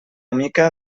mica